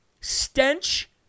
stench